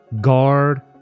guard